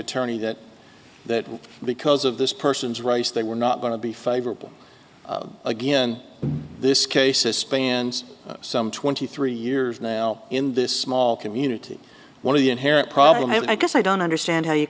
attorney that that because of this person's rights they were not going to be favorable again this case is spans some twenty three years now in this small community one of the inherent problem i guess i don't understand how you